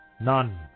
None